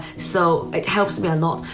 so it helps me a lot.